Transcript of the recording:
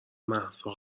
مهسا